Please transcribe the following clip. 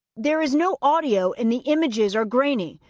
there is no audio and the images are grainy,